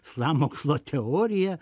sąmokslo teoriją